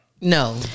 No